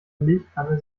milchkanne